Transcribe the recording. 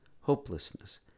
hopelessness